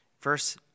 verse